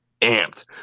amped